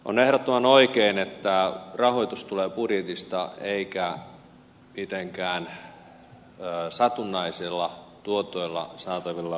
on ehdottoman oikein että rahoitus tulee budjetista eikä mitenkään satunnaisilla tuotoilla saatavilla arpajaisilla ynnä muuta